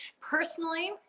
Personally